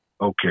Okay